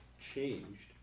changed